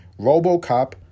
RoboCop